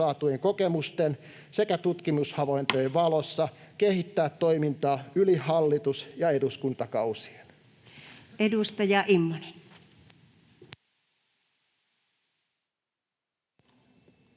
kokemusten sekä tutkimushavaintojen valossa kehittää toimintaa yli hallitus- ja eduskuntakausien. Edustaja Immonen.